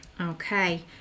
Okay